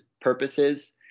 purposes